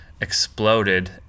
Exploded